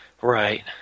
Right